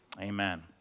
Amen